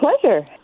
pleasure